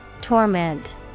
Torment